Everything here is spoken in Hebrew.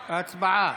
הצבעה.